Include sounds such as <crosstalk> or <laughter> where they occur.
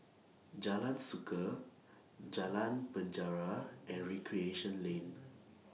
Jalan Suka Jalan Penjara and Recreation Lane <noise>